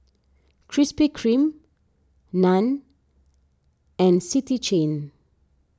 Krispy Kreme Nan and City Chain